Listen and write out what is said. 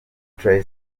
trey